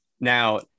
Now